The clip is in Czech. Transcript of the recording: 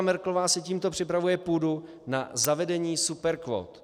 Merkelová si tímto připravuje půdu na zavedení superkvót.